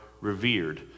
revered